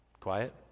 Quiet